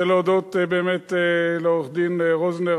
אני רוצה באמת להודות לעורך-דין רוזנר,